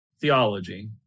theology